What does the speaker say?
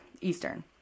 Eastern